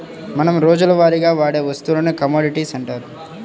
మనం రోజువారీగా వాడే వస్తువులను కమోడిటీస్ అంటారు